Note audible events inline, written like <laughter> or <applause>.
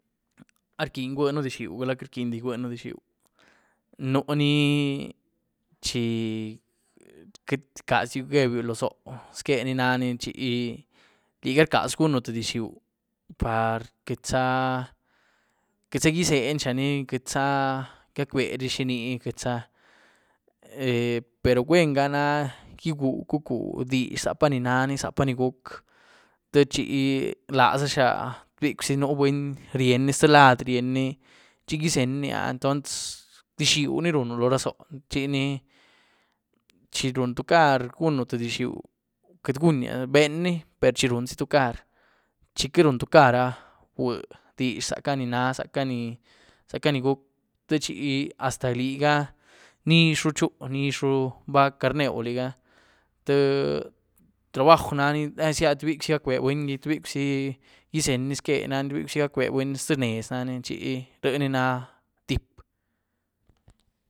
¿Áh rquiny igwueën dizh'xiu gula queity rquinydi igwueën dizh'xiu? Núhní <hesitation> chi queity rcazdyu gebyu lo zóoh zqueni naní chi ligá rcazu gunu tïé dizh'xiu par queity záh, queity záh izenyzhiani, queity záh gac'bebi xini áh, <hesitation> per gwuen ga na gyigwueucucu dizh zapá ni nan, zapá ni guc' techi lazázha, tïébicw zi nu buny ryíeny ni zté lad, ryíeny ni, chi gyízeny ni áh, entons dizh'xiu ni runu lorá zóoh, chinì chi run tucar gunú tïé dizh'xiu queitygunya, bení, per chi run zi tucar, chi queity run tucar bweé dizh zaca ni nan, zaca ni, zaca ni guc' techi hasta liga nizhru xuúh, nizhru, bá carneuw liga tïé trubajuh nani este zia tïébicw' zi gac'be buny gí, tïébicw' zi izeny ni zqué nan, tïébicw' zi gac'be buny ztè nez nani chi rnyieni na tyíép.